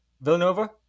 Villanova